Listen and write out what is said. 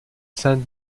saint